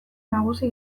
nagusi